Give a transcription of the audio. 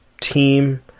team